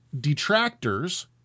detractors